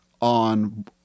on